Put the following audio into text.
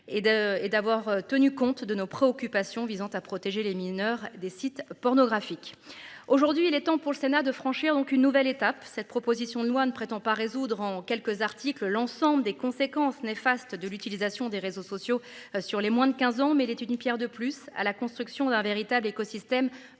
et d'avoir tenu compte de nos préoccupations visant à protéger les mineurs des sites pornographiques. Aujourd'hui il est temps pour le Sénat de franchir donc une nouvelle étape cette proposition de loi ne prétend pas résoudre en quelques articles l'ensemble des conséquences néfastes de l'utilisation des réseaux sociaux sur les moins de 15 ans mais l'une Pierre de plus à la construction d'un véritable écosystème